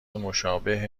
مشابه